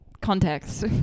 Context